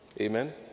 Amen